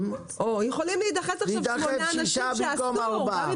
בליינים ויכולים להידחס שישה אנשים במקום ארבעה.